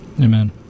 Amen